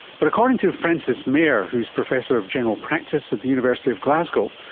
but according to frances mair who is professor of general practice at the university of glasgow,